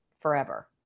forever